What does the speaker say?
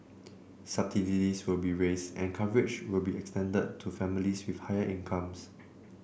subsidies will be raised and coverage will be extended to families with higher incomes